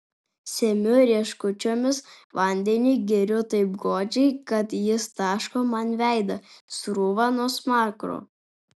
semiu rieškučiomis vandenį geriu taip godžiai kad jis taško man veidą srūva nuo smakro